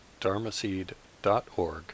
dharmaseed.org